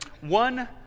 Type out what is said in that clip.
one